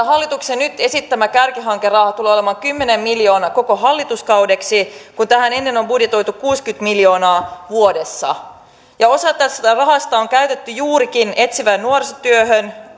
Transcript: hallituksen nyt esittämä kärkihankeraha tulee olemaan kymmenen miljoonaa koko hallituskaudeksi kun tähän ennen on budjetoitu kuusikymmentä miljoonaa vuodessa osa tästä rahasta on käytetty juurikin etsivään nuorisotyöhön